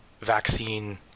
vaccine